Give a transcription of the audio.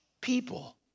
people